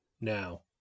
now